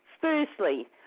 Firstly